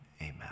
amen